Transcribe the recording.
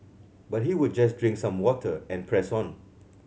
but he would just drink some water and press on